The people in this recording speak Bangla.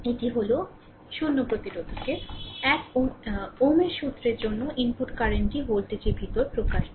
এটি হল 0 প্রতিরোধকের lওহমের সুত্রের জন্য ইনপুট কারেন্টটি ভোল্টেজ ভিতরে প্রকাশ করে